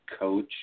coach